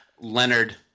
Leonard